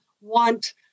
want